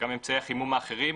וגם אמצעי החימום האחרים,